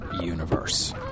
universe